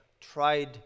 tried